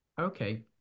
Okay